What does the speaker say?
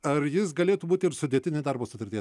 ar jis galėtų būti ir sudėtinė darbo sutarties